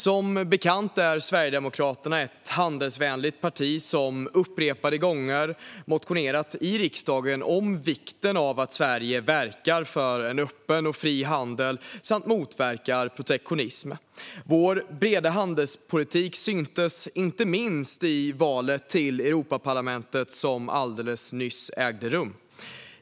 Som bekant är Sverigedemokraterna ett handelsvänligt parti som upprepade gånger motionerat i riksdagen om vikten av att Sverige verkar för en öppen och fri handel samt motverkar protektionism. Vår breda handelspolitik syntes inte minst i valet till Europaparlamentet, som alldeles nyss ägde rum.